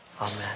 Amen